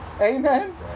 Amen